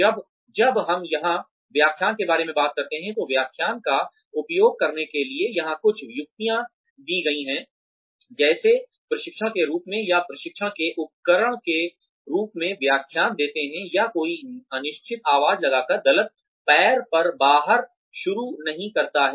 जब जब हम यहां व्याख्यान के बारे में बात करते हैं तो व्याख्यान का उपयोग करने के लिए यहां कुछ युक्तियां दी गई हैं जैसे प्रशिक्षण के रूप में या प्रशिक्षण के उपकरण के रूप में व्याख्यान देते हैं या कोई अनिश्चित आवाज़ लगाकर गलत पैर पर बाहर शुरू नहीं करता है